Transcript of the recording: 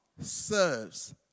serves